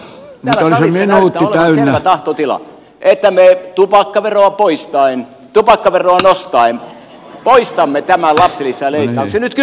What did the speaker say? niin kuin edustaja puumala täällä sanoi täällä salissa näyttää olevan selvä tahtotila että me tupakkaveroa nostaen poistamme nämä lapsilisäleikkaukset